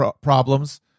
problems